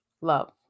love